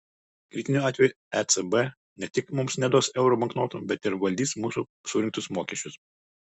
kritiniu atveju ecb ne tik mums neduos euro banknotų bet ir valdys mūsų surinktus mokesčius